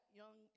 young